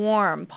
Warm